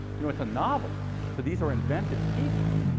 you know it's a novel, so these are invented people,